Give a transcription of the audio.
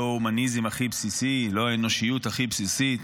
לא הומניזם הכי בסיסי, לא אנושיות הכי בסיסית,